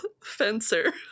fencer